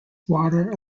water